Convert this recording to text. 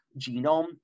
genome